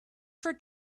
for